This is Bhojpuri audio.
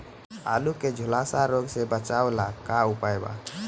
आलू के झुलसा रोग से बचाव ला का उपाय बा?